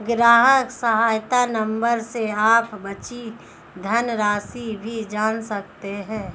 ग्राहक सहायता नंबर से आप बची धनराशि भी जान सकते हैं